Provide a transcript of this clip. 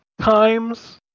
times